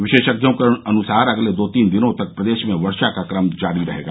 विशेषज्ञों के अनुसार अगले दो तीन दिनों तक प्रदेश में वर्षा का क्रम जारी रहेगा